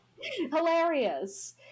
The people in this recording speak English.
hilarious